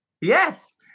Yes